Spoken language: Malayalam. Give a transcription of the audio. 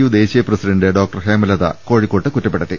യു ദേശീയ പ്രസിഡന്റ് ഡോക്ടർ ഹേമലത കോഴിക്കോട്ട് കുറ്റപ്പെടുത്തി